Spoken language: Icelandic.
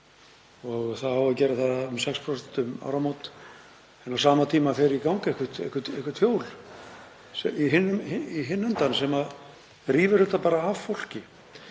og það á að gera það um 6% um áramót. En á sama tíma fer í gang eitthvert hjól í hinn endann sem rífur þetta bara af fólki.